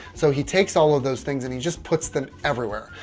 so he takes all of those things and he just puts them everywhere.